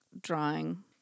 Drawing